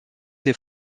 ses